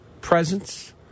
presence